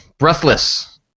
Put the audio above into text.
Breathless